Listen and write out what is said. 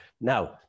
Now